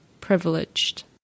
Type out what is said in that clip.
privileged